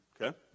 Okay